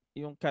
yung